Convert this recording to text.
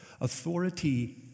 Authority